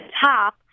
top